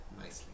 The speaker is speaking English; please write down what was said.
nicely